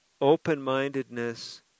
open-mindedness